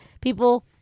People